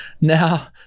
Now